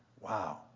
Wow